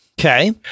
Okay